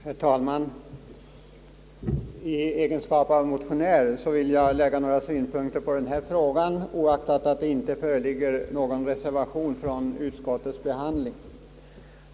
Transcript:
Herr talman! I egenskap av motionär vill jag anföra några synpunkter på denna fråga, oaktat att det inte föreligger någon reservation från utskottets behandling.